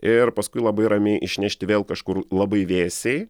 ir paskui labai ramiai išnešti vėl kažkur labai vėsiai